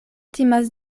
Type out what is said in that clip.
timas